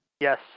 Yes